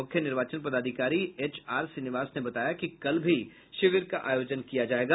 मुख्य निर्वाचन पदाधिकारी एच आर श्रीनिवास ने बताया कि कल भी शिविर का आयोजन किया जायोगा